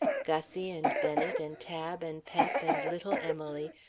gussie and bennet and tab and pep and little emily,